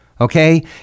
Okay